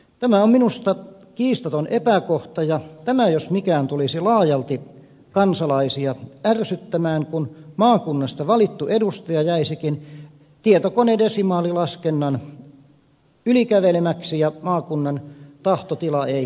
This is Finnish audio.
tämä on minusta kiistaton epäkohta ja tämä jos mikään tulisi laajalti kansalaisia ärsyttämään kun maakunnasta valittu edustaja jäisikin tietokoneen desimaalilaskennan ylikävelemäksi ja maakunnan tahtotila ei toteutuisi